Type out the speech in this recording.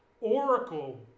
oracle